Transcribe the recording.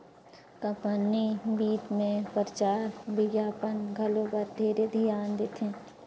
company बित मे परचार बिग्यापन घलो बर ढेरे धियान देथे